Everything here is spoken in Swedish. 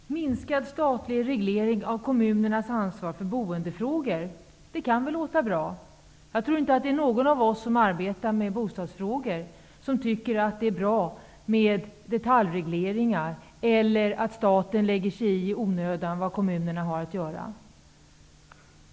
Herr talman! Minskad statlig reglering av kommunernas ansvar för boendefrågor kan väl låta bra. Jag tror inte att någon av oss som arbetar med bostadsfrågor tycker att det är bra med detaljregleringar eller att staten i onödan lägger sig i vad kommunerna har att göra.